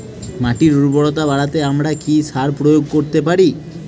মাটির উর্বরতা বাড়াতে আমরা কি সার প্রয়োগ করতে পারি?